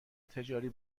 تجاری